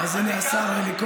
הינה השר, הינה השר.